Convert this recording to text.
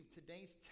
today's